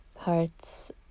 parts